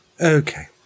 okay